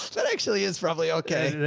that actually is probably okay.